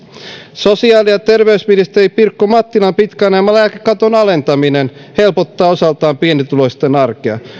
sosiaali ja terveysministeri pirkko mattilan pitkään ajama lääkekaton alentaminen helpottaa osaltaan pienituloisten arkea